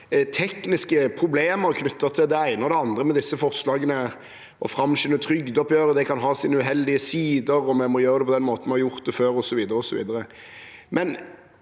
tekniske problemer knyttet til det ene og det andre med disse forslagene – å framskynde trygdeoppgjøret kan ha sine uheldige sider, og vi må gjøre det på den måten vi har gjort det før, osv.,